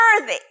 Worthy